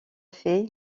fey